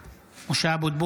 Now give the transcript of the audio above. (קורא בשמות חברי הכנסת) משה אבוטבול,